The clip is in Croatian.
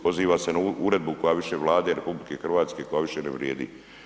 Poziva se na uredbu koja više Vlade RH koja više ne vrijedi.